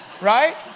right